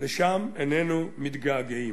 לשם איננו מתגעגעים.